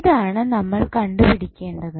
ഇതാണ് നമ്മൾ കണ്ടുപിടിക്കേണ്ടത്